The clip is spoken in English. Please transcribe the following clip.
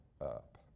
up